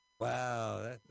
Wow